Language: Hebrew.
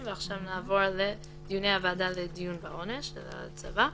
ועכשיו נעבור לדיוני הוועדה לעיון בעונש של הצבא.